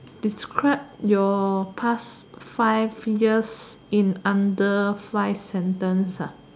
describe your past five years in under five sentence ah